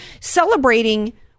celebrating